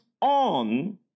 on